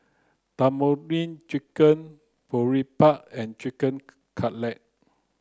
Tandoori Chicken Boribap and Chicken Cutlet